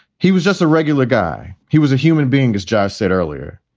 he was just a regular guy. he was a human being, as josh said earlier,